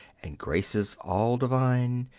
and graces all divine.